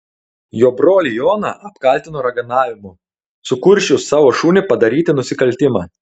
jo brolį joną apkaltino raganavimu sukursčius savo šunį padaryti nusikaltimą